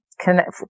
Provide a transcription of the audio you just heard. Connect